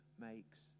makes